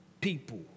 People